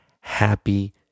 happy